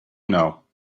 know